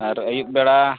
ᱟᱨ ᱟᱹᱭᱩᱵ ᱵᱮᱲᱟ